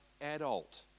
adult